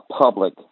public